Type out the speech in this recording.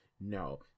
no